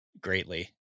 greatly